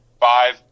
five